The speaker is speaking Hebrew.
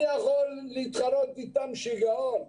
אני יכול להתחרות איתם שיגעון.